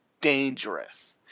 dangerous